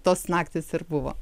tos naktys ir buvo